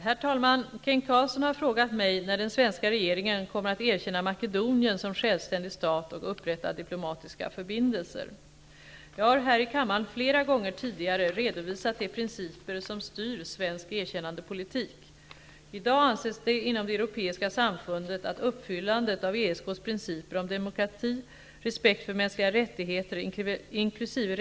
Herr talman! Kent Carlsson har frågat mig när den svenska regeringen kommer att erkänna Makedonien som självständig stat och upprätta diplomatiska förbindelser. Herr talman! Jag har här i kammaren flera gånger tidigare redovisat de principer som styr svensk erkännandepolitik. I dag anses det inom det europeiska samfundet att uppfyllandet av ESK:s principer om demokrati, respekt för mänskliga rättigheter inkl.